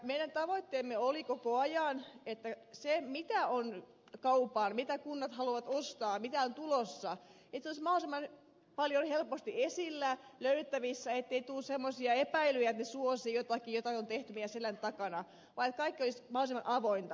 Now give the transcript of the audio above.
meidän tavoitteemme oli koko ajan että se mitä on kaupan mitä kunnat haluavat ostaa mitä on tulossa olisi itse asiassa mahdollisimman helposti esillä löydettävissä ettei tule semmoisia epäilyjä että ne suosivat jotakin jotain on tehty meidän selän takana vaan että kaikki olisi mahdollisimman avointa